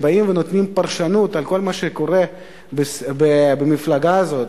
שנותנים פרשנות על כל מה שקורה במפלגה הזאת.